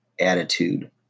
attitude